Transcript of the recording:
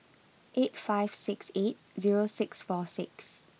eight five six eight zero six four six